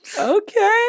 Okay